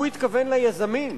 הוא התכוון ליזמים,